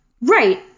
Right